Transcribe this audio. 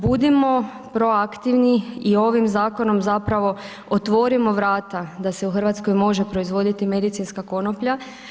Budimo proaktivni i ovim zakonom zapravo otvorimo vrata da se u RH može proizvoditi medicinska konoplja.